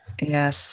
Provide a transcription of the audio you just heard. Yes